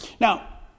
Now